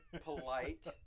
polite